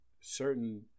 certain